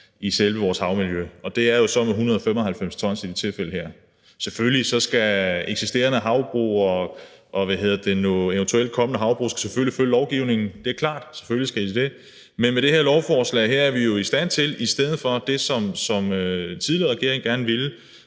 i vores havmiljø, og det er jo så med 195 t i det her tilfælde. Selvfølgelig skal eksisterende havbrug og eventuelle kommende havbrug følge lovgivningen, det er klart – selvfølgelig skal de det. Men med det her lovforslag er vi jo til forskel fra det, den tidligere regering gerne ville,